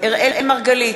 אראל מרגלית,